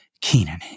Keenan